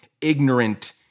ignorant